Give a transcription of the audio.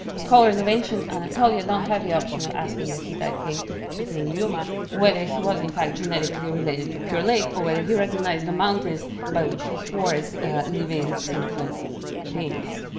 scholars of ancient anatolia don't have the option of asking the hittite king suppiluliuma whether he was in fact genetically related to pure lake, or whether he recognized the mountains by which he swore as living sentient beings.